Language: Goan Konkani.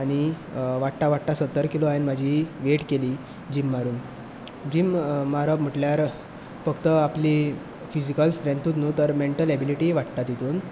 आनी वाडटा वाडटा सत्तर किलो हांवें म्हजी वेय्ट केली जीम मारून जीम मारप म्हणल्यार फक्त आपलें फिझीकल स्ट्रेंथूच न्हू तर मेन्टल एबिलिटीय वाडटा तितून